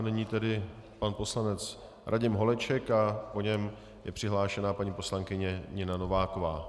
Nyní tedy pan poslanec Radim Holeček a po něm je přihlášená paní poslankyně Nina Nováková.